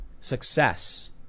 success